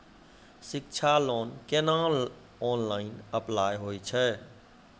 शिक्षा लोन केना online apply होय छै?